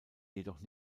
jedoch